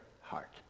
heart